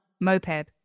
moped